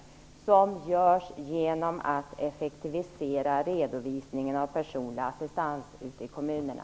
Dessa besparingar görs genom att effektivisera redovisningen av personlig assistans ute i kommunerna.